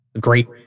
great